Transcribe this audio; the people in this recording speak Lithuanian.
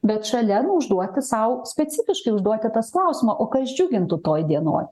bet šalia nu užduoti sau specifiškai užduoti tas klausimą o kas džiugintų toj dienoj